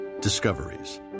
Discoveries